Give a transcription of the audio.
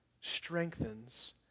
strengthens